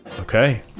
Okay